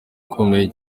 ukomeye